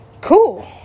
Cool